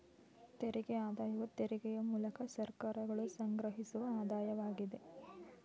ತೆರಿಗೆ ಆದಾಯವು ತೆರಿಗೆಯ ಮೂಲಕ ಸರ್ಕಾರಗಳು ಸಂಗ್ರಹಿಸುವ ಆದಾಯವಾಗಿದೆ